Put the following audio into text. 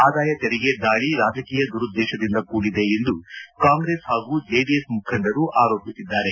ಆದಾಯ ತೆರಿಗೆ ದಾಳಿ ರಾಜಕೀಯ ದುರುದ್ದೇಶದಿಂದ ಕೂಡಿದೆ ಎಂದು ಕಾಂಗ್ರೆಸ್ ಹಾಗೂ ಜೆಡಿಎಸ್ ಮುಖಂಡರು ಆರೋಪಿಸಿದ್ದಾರೆ